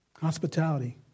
Hospitality